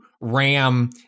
ram